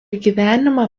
gyvenimą